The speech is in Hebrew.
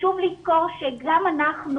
חשוב לזכור שגם אנחנו,